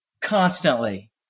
constantly